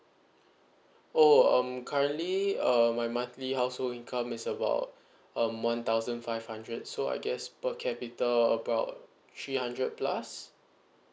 oh um currently uh my monthly household income is about um one thousand five hundred so I guess per capita about three hundred plus